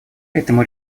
этому